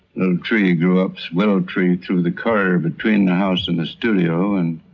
tree grew up, willow tree, through the curve between the house and the studio and